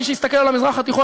מי שיסתכל על המזרח התיכון,